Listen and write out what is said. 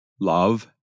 Love